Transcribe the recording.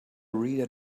reader